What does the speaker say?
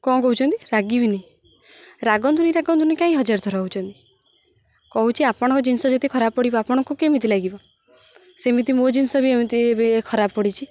କ'ଣ କହୁଛନ୍ତି ରାଗିବିନି ରାଗନ୍ତୁନି ରାଗନ୍ତୁନି କାଇଁ ହଜାର ଥର ହଉଛନ୍ତି କହୁଛି ଆପଣଙ୍କ ଜିନିଷ ଯଦି ଖରାପ ପଡ଼ିବ ଆପଣଙ୍କୁ କେମିତି ଲାଗିବ ସେମିତି ମୋ ଜିନିଷ ବି ଏମିତି ଏବେ ଖରାପ ପଡ଼ିଛି